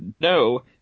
No